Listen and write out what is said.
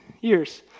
years